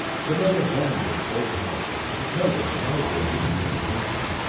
the motor whined with full power, the cables vibrating under the tension.